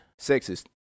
Sexist